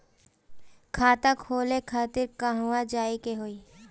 खाता खोले खातिर कहवा जाए के होइ?